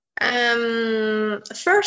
First